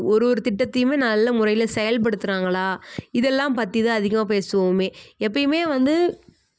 ஒரு ஒரு திட்டத்தையுமே நல்ல முறையில் செயல்படுத்துகிறாங்களா இதெல்லாம் பற்றி தான் அதிகமாக பேசுவோமே எப்போயுமே வந்து